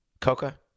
Coca